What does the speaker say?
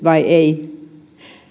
vai ei